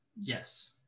Yes